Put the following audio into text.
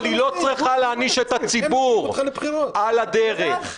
אבל היא לא צריכה להעניש את הציבור על הדרך.